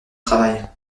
travail